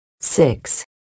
Six